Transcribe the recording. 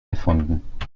gefunden